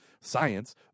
science